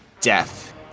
death